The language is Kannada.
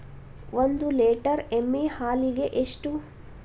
ಒಂದು ಲೇಟರ್ ಎಮ್ಮಿ ಹಾಲಿಗೆ ಎಷ್ಟು?